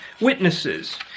witnesses